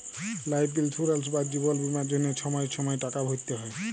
life insurance বা জিবল বীমার জ্যনহে ছময় ছময় টাকা ভ্যরতে হ্যয়